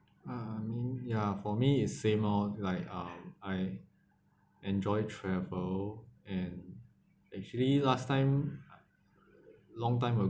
uh I mean ya for me is same lor like uh I enjoy travel and actually last time long time ago